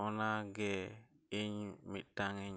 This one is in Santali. ᱚᱱᱟᱜᱮ ᱤᱧ ᱢᱤᱫᱴᱟᱝ ᱤᱧ